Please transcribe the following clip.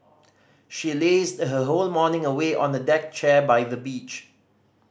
she lazed her whole morning away on a deck chair by the beach